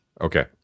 Okay